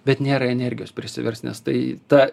bet nėra energijos prisiverst nes tai ta